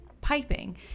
piping